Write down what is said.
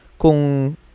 kung